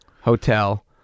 Hotel